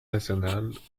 nationales